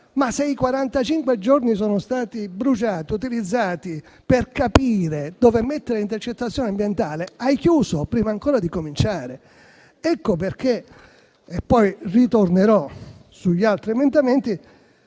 giorni sono stati bruciati, utilizzati per capire dove effettuare l'intercettazione ambientale, hai chiuso prima ancora di cominciare. Ecco perché - poi ritornerò sugli altri emendamenti